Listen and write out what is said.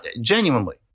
genuinely